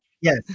Yes